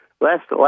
last